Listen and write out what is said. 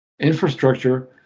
infrastructure